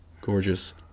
gorgeous